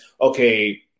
okay